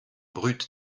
brut